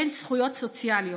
אין זכויות סוציאליות.